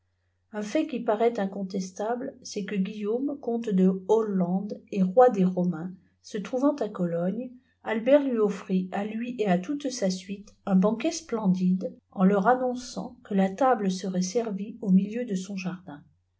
tjn fait qui paraît incontestable c'est que guillaume com te de hollande et roi des romains se trouvant à cologne albert lui offrit à lui et à toftte sa suite un banquet splendide en leur annonçant ù la tabta serait seie au milieu de son jardin